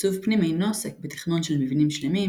עיצוב פנים אינו עוסק בתכנון של מבנים שלמים,